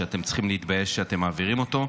ואתם צריכים להתבייש שאתם מעבירים אותו.